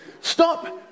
Stop